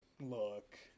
look